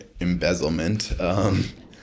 embezzlement